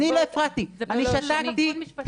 --- אני לא הפרעתי --- זה לא נכון משפטית.